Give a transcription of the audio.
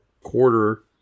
quarter